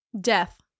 Death